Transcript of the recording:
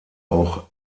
auch